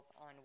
on